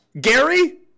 Gary